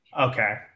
Okay